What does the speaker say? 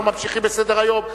אנחנו ממשיכים בסדר-היום.